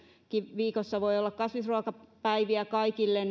viikossa voi olla kasvisruokapäiviä kaikille